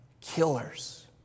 killers